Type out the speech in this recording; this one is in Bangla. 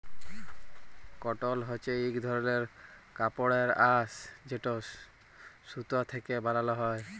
কটল হছে ইক ধরলের কাপড়ের আঁশ যেট সুতা থ্যাকে বালাল হ্যয়